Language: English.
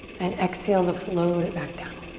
and exhale to float back down.